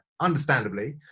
understandably